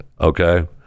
Okay